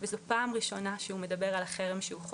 וזו פעם ראשונה שהוא מדבר על החרם שהוא חווה.